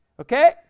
Okay